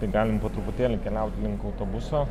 tai galim po truputėlį keliauti link autobuso